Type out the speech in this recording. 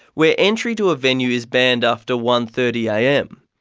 where entry to a venue is banned after one thirty am.